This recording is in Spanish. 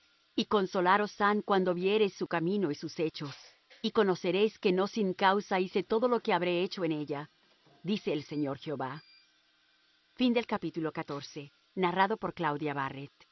y consolaros han cuando viereis su camino y sus hechos y conoceréis que no sin causa hice todo lo que habré hecho en ella dice el señor jehová y